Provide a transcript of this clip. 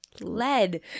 Lead